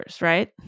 right